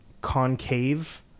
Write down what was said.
concave